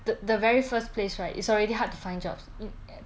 th~ the very first place right it's already hard to find jobs in